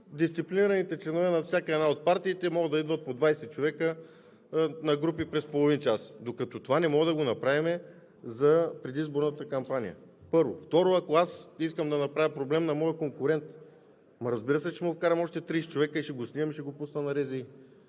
дисциплинираните членове на всяка една от партиите могат да идват по 20 човека на групи през половин час, докато това не можем да го направим за предизборната кампания, първо. Второ, ако аз искам да направя проблем на моя конкурент – ама, разбира се, че ще му вкарам още 30 човека, ще го снимам и ще го пусна на РЗИ.